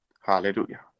hallelujah